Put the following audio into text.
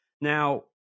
Now